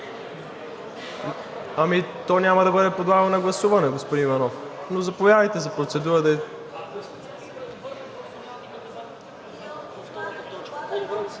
Няма да бъде подлагано на гласуване, господин Иванов, но заповядайте за процедура.